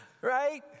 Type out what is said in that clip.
Right